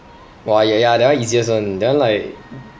!wah! ya that one easiest [one] that one like